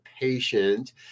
patient